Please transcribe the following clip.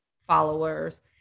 followers